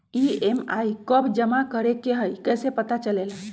EMI कव जमा करेके हई कैसे पता चलेला?